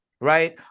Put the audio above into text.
right